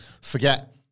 Forget